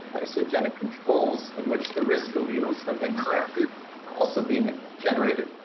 isogenic controls in which the risk alleles have been corrected are also being ah generated.